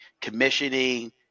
commissioning